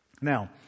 Now